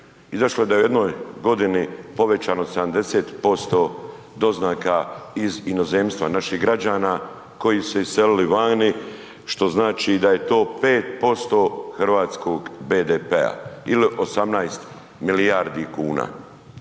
Izašlo je da je u jednoj godini povećano 70% doznaka iz inozemstva naših građana koji su se iselili vani, što znači da je to 5% hrvatskog BDP-a ili 18 milijardi kuna.